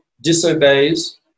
disobeys